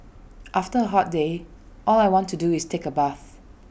after A hot day all I want to do is take A bath